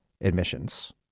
admissions